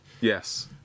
Yes